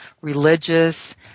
religious